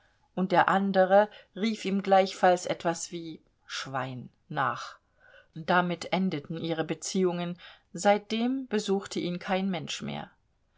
und der andere rief ihm gleichfalls etwas wie schwein nach damit endeten ihre beziehungen seitdem besuchte ihn kein mensch mehr